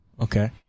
okay